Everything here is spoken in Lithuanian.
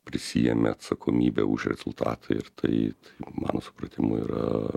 prisiėmė atsakomybę už rezultatą ir tai mano supratimu yra